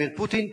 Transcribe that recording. ולדימיר פוטין,